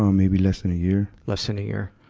um maybe less than a year. less than a year.